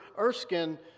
Erskine